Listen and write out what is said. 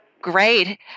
Great